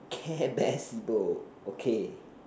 care bear sibo okay